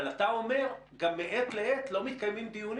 אבל אתה אומר גם מעת לעת לא מתקיימים דיונים